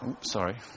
Sorry